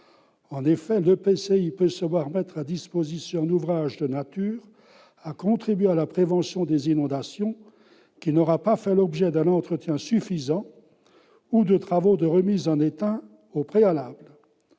En effet, l'EPCI peut se voir mettre à disposition un ouvrage de nature à contribuer à la prévention des inondations, qui n'aura pas fait l'objet d'un entretien suffisant ou de travaux de remise en état au préalable.